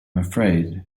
afraid